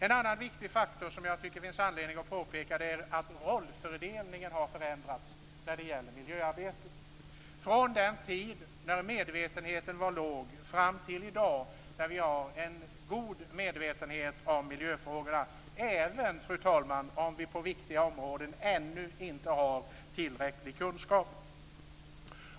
En annan viktig faktor som jag tycker att det finns anledning att peka på är att rollfördelningen har förändrats i miljöarbetet, från den tid när medvetenheten var låg fram till i dag när vi har en god medvetenhet om miljöfrågorna, även, fru talman, om vi på viktiga områden ännu inte har tillräcklig kunskap.